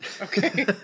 Okay